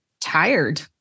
tired